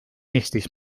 eestis